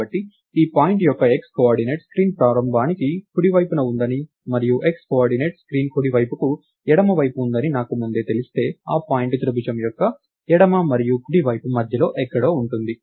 కాబట్టి పాయింట్ యొక్క x coordinate screen ప్రారంభానికి కుడి వైపున ఉందని మరియు x కోఆర్డినేట్ స్క్రీన్ కుడి వైపుకు ఎడమ వైపున ఉందని నాకు ముందే తెలిస్తే ఆ పాయింట్ త్రిభుజం యొక్క ఎడమ మరియు కుడి వైపు మధ్యలో ఎక్కడో ఉంటుంది